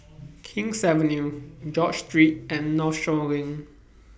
King's Avenue George Street and Northshore LINK